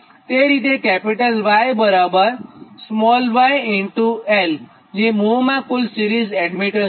એ જ રીતે Y y l એ મ્હોમાં કુલ સિરીઝ એડમીટન્સ થશે